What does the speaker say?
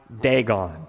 Dagon